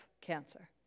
cancer